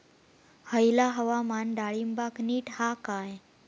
हयला हवामान डाळींबाक नीट हा काय?